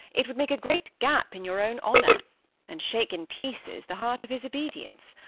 it would make a great gap in your own honour and shake in pieces the heart of his obedience.